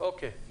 לא.